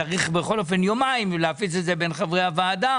צריך בכל אופן יומיים ולהפיץ את זה בין חברי הוועדה